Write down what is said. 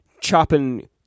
chopping